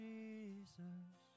Jesus